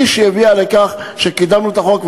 היא שהביאה לכך שקידמנו את החוק.